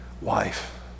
wife